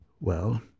Well